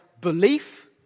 belief